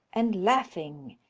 and laughing,